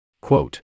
Quote